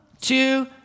two